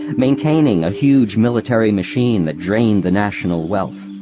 maintaining a huge military machine that drained the national wealth,